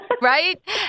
Right